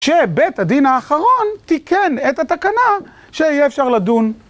שבית הדין האחרון תיקן את התקנה שיהיה אפשר לדון.